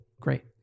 great